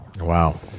Wow